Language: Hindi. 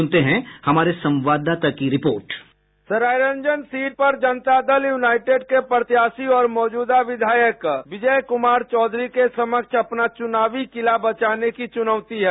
सुनते हैं हमारे संवाददाता की report sound bite Sarairanjan seat पर जनता दल युनाइटेड के प्रत्याशी और मौजुदा विधायक विजय कुमार चौधरी के समक्ष अपना चुनावी किला बचाने की चुनौती है